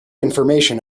information